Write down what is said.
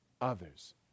others